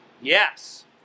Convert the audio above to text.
yes